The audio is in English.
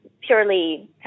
purely